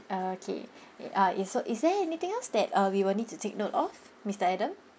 okay a~ uh is so is there anything else that uh we will need to take note of mister adam